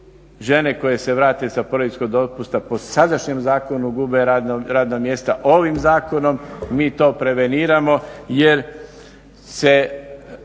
žene koje se vrate sa porodiljskog dopusta po sadašnjem zakonu gube radna mjesta. Ovim zakonom mi to preveniramo, jer se